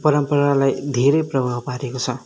परम्परालाई धेरै प्रभाव पारेको छ